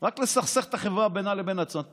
רק לסכסך את החברה בינה לבין עצמה.